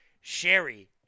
Sherry